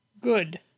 good